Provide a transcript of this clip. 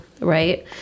right